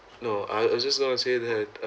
no uh I just want to say that I have uh